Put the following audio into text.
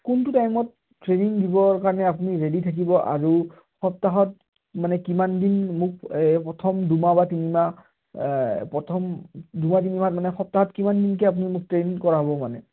কোনটো টাইমত ট্ৰেইনিং দিবৰ কাৰণে আপুনি ৰেডি থাকিব আৰু সপ্তাহত মানে কিমান দিন মোক এই প্ৰথম দুমাহ বা তিনিমাহ প্ৰথম দুমাহ তিনিমাহত মানে সপ্তাহত কিমান দিনকৈ আপুনি মোক ট্ৰেইনিং কৰাব মানে